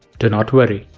do not worry.